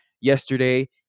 Yesterday